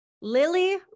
Lily